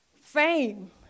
fame